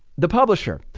the publisher,